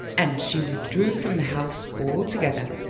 and she withdrew from the house altogether.